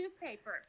newspaper